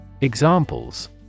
examples